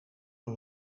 een